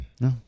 No